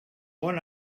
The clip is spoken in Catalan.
bon